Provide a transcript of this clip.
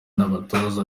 n’abatoza